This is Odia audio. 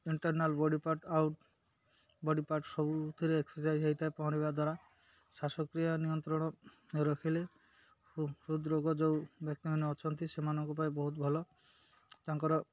internal body part out body part ସବୁଥିରେ ଏକ୍ସସାଇଜ ହେଇଥାଏ ପହଁରିବା ଦ୍ୱାରା ଶାସକ୍ରିୟା ନିୟନ୍ତ୍ରଣ ରଖିଲେ ହୃଦ୍ରୋଗ ଯୋଉ ବ୍ୟକ୍ତିମାନେ ଅଛନ୍ତି ସେମାନଙ୍କ ପାଇଁ ବହୁତ ଭଲ ତାଙ୍କର